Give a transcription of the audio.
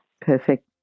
Perfect